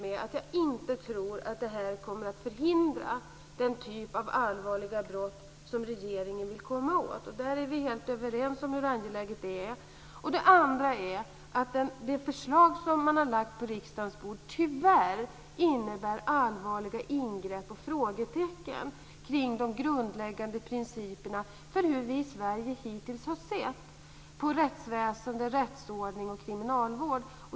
Jag tror inte att det här kommer att förhindra den typ av allvarliga brott som regeringen vill komma åt; vi är helt överens om hur angeläget det är. Dessutom innebär det förslag som man har lagt på riksdagens bord tyvärr allvarliga ingrepp och frågetecken när det gäller de grundläggande principerna för hur vi i Sverige hittills har sett på rättsväsende, rättsordning och kriminalvård.